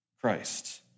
Christ